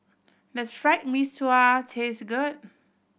does Fried Mee Sua taste good